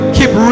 Keep